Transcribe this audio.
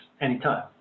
anytime